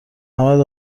ممد